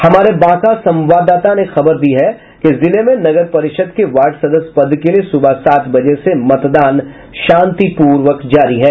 हमारे बांका संवाददाता खबर दिया है कि जिले में नगर परिषद के वार्ड सदस्य पद के लिए सुबह सात बजे से मतदान शांतिपूर्वक जारी है